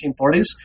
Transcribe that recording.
1940s